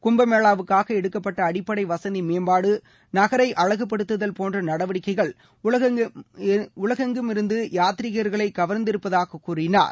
கும்பமேளாவுக்காக எடுக்கப்பட்ட அடிப்பளட வசதி மேம்பாடு நகரை அழகுபடுத்ததல் போன்ற நடவடிக்கைகள் உலகெங்கிலுமிருந்து யாத்திரிகர்களை கவர்ந்திருப்பதாக கூறினார்